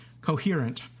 coherent